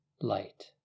light